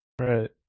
Right